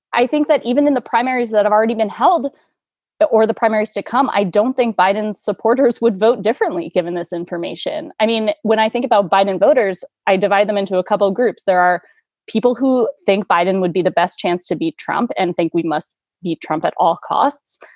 i think that even in the primaries that have already been held but or the primaries to come. i don't think biden supporters would vote differently given this information. i mean, when i think about biden voters, i divide them into a couple of groups there are people who think biden would be the best chance to beat trump. and i think we must be trump at all costs.